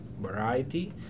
variety